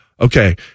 okay